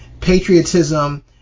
patriotism